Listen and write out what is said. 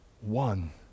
one